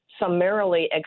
summarily